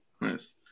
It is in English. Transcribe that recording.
nice